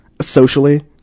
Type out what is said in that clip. socially